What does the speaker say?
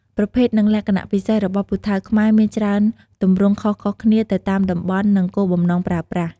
ប្រភេទ និងលក្ខណៈពិសេសរបស់ពូថៅខ្មែរមានច្រើនទម្រង់ខុសៗគ្នាទៅតាមតំបន់ និងគោលបំណងប្រើប្រាស់។